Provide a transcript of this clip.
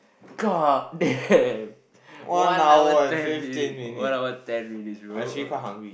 god damn one hour twelve minutes one hour twelve minutes bro